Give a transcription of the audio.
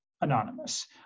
anonymous